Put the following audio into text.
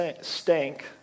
stank